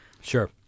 sure